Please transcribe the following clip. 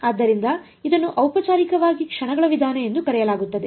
ಆದ್ದರಿಂದ ಇದನ್ನು ಔಪಚಾರಿಕವಾಗಿ ಕ್ಷಣಗಳ ವಿಧಾನ ಎಂದು ಕರೆಯಲಾಗುತ್ತದೆ